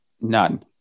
None